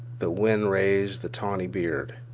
the wind raised the tawny beard.